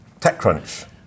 TechCrunch